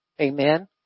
Amen